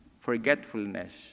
forgetfulness